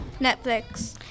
Netflix